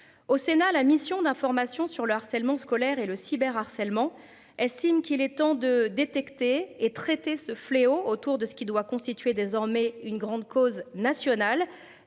Au Sénat, la mission d'information sur le harcèlement scolaire et le cyber harcèlement estime qu'il est temps de détecter et traiter ce fléau autour de ce qui doit constituer désormais une grande cause nationale